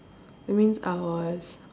that means I was